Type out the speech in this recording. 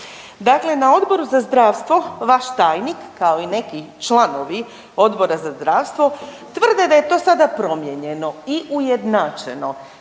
Dakle, na Odboru za zdravstvo vaš tajnik kao i neki članovi Odbora za zdravstvo tvrde da je to sada promijenjeno i ujednačeno.